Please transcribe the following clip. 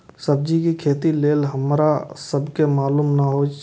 सब्जी के खेती लेल हमरा सब के मालुम न एछ?